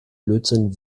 blödsinn